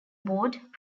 board